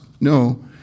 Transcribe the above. No